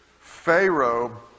Pharaoh